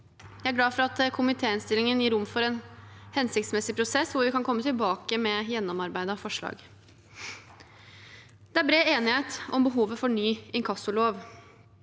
Jeg er glad for at komitéinnstillingen gir rom for en hensiktsmessig prosess, hvor vi kan komme tilbake med gjennomarbeidede forslag. Det er bred enighet om behovet for ny inkassolov.